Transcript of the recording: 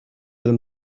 them